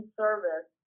service